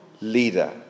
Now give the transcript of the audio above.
leader